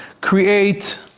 create